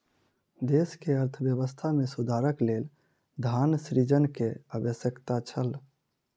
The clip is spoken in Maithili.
देश के अर्थव्यवस्था में सुधारक लेल धन सृजन के आवश्यकता छल